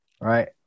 right